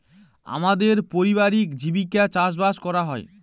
আমাদের পারিবারিক জীবিকা চাষবাস করা হয়